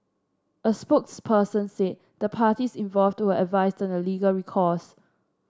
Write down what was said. a spokesperson said the parties involved were advised on their legal recourse